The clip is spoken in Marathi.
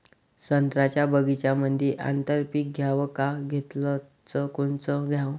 संत्र्याच्या बगीच्यामंदी आंतर पीक घ्याव का घेतलं च कोनचं घ्याव?